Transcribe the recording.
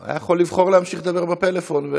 היה יכול לבחור להמשיך לדבר בפלאפון,